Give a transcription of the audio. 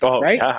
right